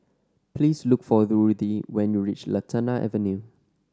please look for Ruthie when you reach Lantana Avenue